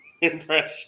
impression